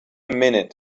minute